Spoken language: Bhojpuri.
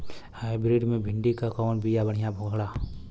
हाइब्रिड मे भिंडी क कवन बिया बढ़ियां होला?